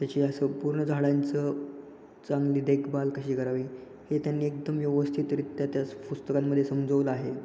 त्याची असं पूर्ण झाडांचं चांगली देखभाल कशी करावी हे त्यांनी एकदम व्यवस्थितरित्या त्याच पुस्तकांमध्ये समजवलं आहे